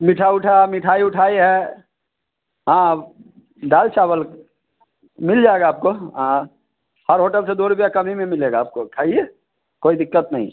मीठा ऊठा मिठाई उठाई है हाँ दाल चावल मिल जाएगा आपको हर होटल से दो रुपिया कम ही में मिलेगा आपको खाइए कोई दिक्कत नहीं